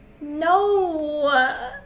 No